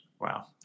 Wow